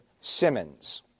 Simmons